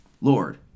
Lord